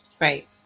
Right